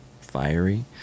fiery